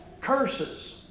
curses